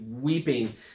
weeping